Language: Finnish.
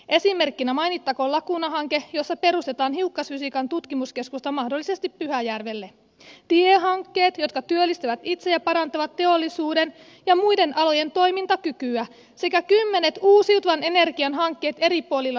esimerkkinä mainittakoon laguna hanke jossa perustetaan hiukkasfysiikan tutkimuskeskusta mahdollisesti pyhäjärvelle tiehankkeet jotka työllistävät itse ja parantavat teollisuuden ja muiden alojen toimintakykyä sekä kymmenet uusiutuvan energian hankkeet eri puolilla suomea